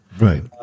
Right